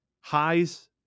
Highs